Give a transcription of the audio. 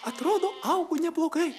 atrodo augu neblogai